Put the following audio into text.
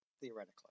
theoretically